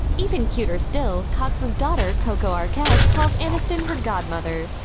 even cuter still, cox's daughter, coco arquette, calls aniston her godmother.